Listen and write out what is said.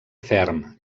ferm